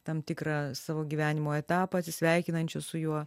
tam tikrą savo gyvenimo etapą atsisveikinančio su juo